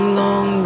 long